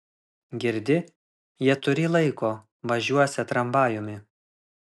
girdi jie turį laiko važiuosią tramvajumi